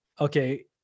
okay